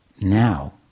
now